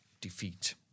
defeat